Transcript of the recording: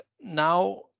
now